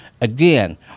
Again